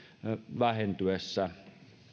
vähentyessä